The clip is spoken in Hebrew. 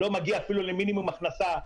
לא מגיע אפילו למינימום הכנסה.